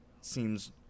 seems